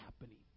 happening